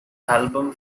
album